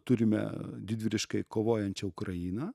turime didvyriškai kovojančią ukrainą